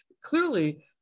clearly